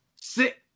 sit